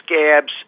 scabs